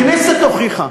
הכנסת הוכיחה